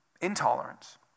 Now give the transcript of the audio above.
intolerance